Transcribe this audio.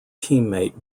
teammate